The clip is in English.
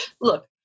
Look